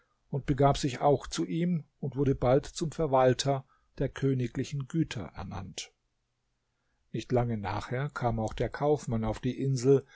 und begab sich auch zu ihm und wurde bald zum verwalter der königlichen güter ernannt nicht lange nachher kam auch der kaufmann auf die insel